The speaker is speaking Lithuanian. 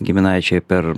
giminaičiai per